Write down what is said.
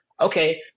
Okay